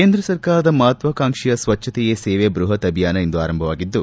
ಕೇಂದ್ರ ಸರ್ಕಾರದ ಮಹತ್ವಾಕಾಂಕ್ಷಿಯ ಸ್ತಚ್ಚತೆಯೇ ಸೇವೆ ಬೃಹತ್ ಅಭಿಯಾನ ಇಂದು ಆರಂಭವಾಗಿದ್ದು